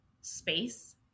space